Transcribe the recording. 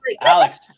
Alex